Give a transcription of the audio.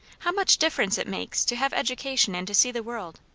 how much difference it makes, to have education and to see the world!